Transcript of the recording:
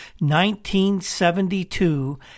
1972